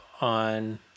on